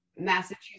Massachusetts